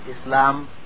Islam